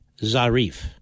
Zarif